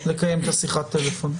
לקיים את שיחת הטלפון.